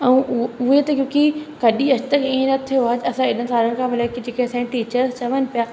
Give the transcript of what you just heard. ऐं उ उहे त क्योकि कॾहिं अॼु तक इहा न थियो आहे असां हेॾनि सालनि खां मतिलबु जेके असांजी टीचर्स चवनि पिया